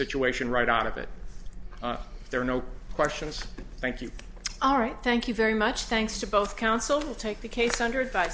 situation right out of it there are no questions thank you all right thank you very much thanks to both counsel take the case hundred